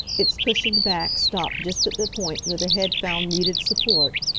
its cushioned back stopped just at the point where the head found needed support.